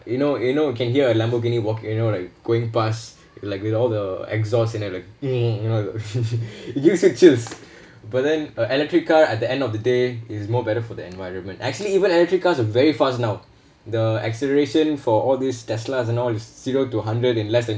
you know you know you can hear a lamborghini walk you know like going pass like with all the exhaust and then like you know you should choose but then a electric car at the end of the day is more better for the environment actually even electric car is very fast now the acceleration for all these teslas and all is zero to hundred in less than